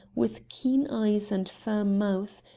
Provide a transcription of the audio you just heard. with keen eyes and firm mouth,